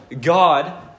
God